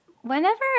whenever